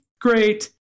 great